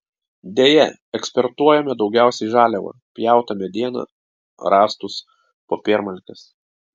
deja eksportuojame daugiausiai žaliavą pjautą medieną rąstus popiermalkes